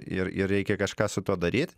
ir ir reikia kažką su tuo daryt